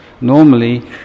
normally